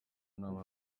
nama